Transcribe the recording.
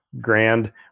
grand